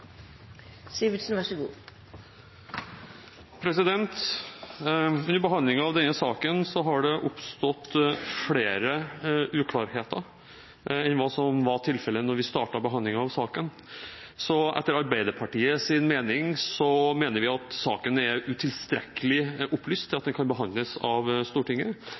av denne saken har det oppstått flere uklarheter enn hva som var tilfellet da vi startet behandlingen av saken. Etter Arbeiderpartiets mening er saken ikke tilstrekkelig opplyst til at den kan behandles av Stortinget.